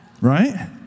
right